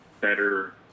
better